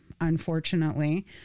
Unfortunately